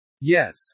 Yes